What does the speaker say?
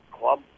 club